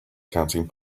counting